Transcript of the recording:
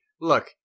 Look